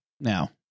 now